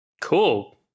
Cool